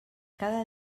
cada